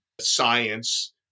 science